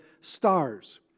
stars